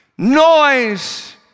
Noise